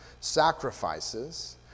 Sacrifices